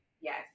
Yes